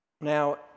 Now